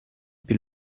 più